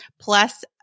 plus